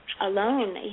alone